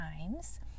times